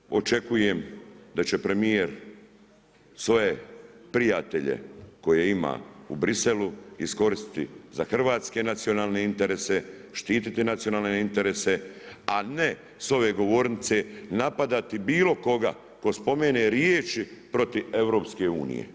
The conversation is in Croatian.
Prema tome, očekujem, da će premjer, svoje prijatelje koje ima u Bruxellesu iskoristiti za hrvatske nacionalne interese, štiti nacionalne interese, a ne s ove govornice napadati bilo koga tko spominje riječi protiv EU.